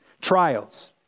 Trials